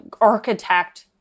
architect